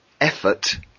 effort